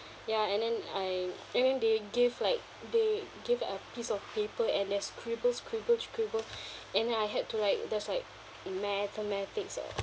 ya and then I I mean they give like they give a piece of paper and they scribble scribble scribble and then I had to like there's like mathematics